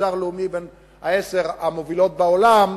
תוצר לאומי בין עשר המובילות בעולם,